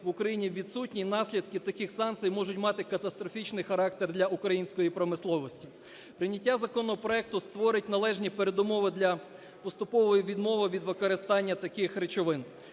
в Україні відсутні, наслідки таких санкцій можуть мати катастрофічний характер для української промисловості. Прийняття законопроекту створить належні передумови для поступової відмови від використання таких речовин.